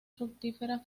fructífera